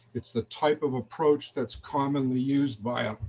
it's the type of approach that's commonly used by